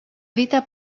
dita